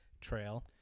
Trail